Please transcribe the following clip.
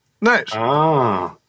Nice